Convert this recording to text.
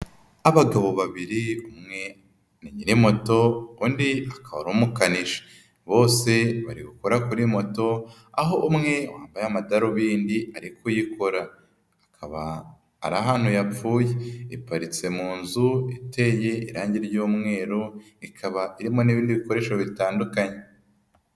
Abagabo babiri umwe ni nyir'imoto, undi akaba ari umukanishi. Bose bari gukora kuri moto, aho umwe wambaye amadarubindi ari kuyikora. Hakaba harantu yapfuye. Iparitse mu nzu iteye irangi ry'umweru, ikaba irimo n'ibindi bikoresho bitandukanye.